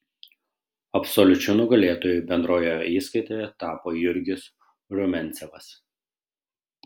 absoliučiu nugalėtoju bendroje įskaitoje tapo jurgis rumiancevas